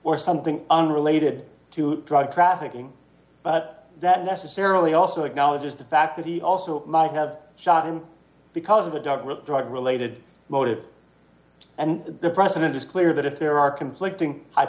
or something unrelated to drug trafficking but that necessarily also acknowledges the fact that he also might have shot him because of a dog with a drug related motive and the precedent is clear that if there are conflicting h